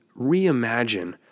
reimagine